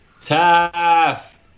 Taff